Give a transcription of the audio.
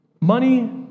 Money